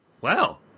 Wow